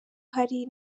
hari